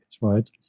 right